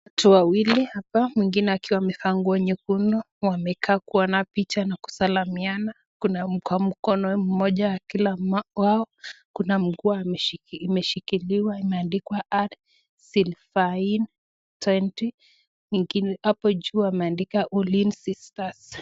Watu wawili mwingine akiwa amevaa nguo nyekundu, wamekaa kwa picha na kusalimiana kuna kuunga mkono mmoja, kuna mguu ameshikilia, imeandikwa R.SYLYANE 20, na hapo juu waliandika ulinzi stars .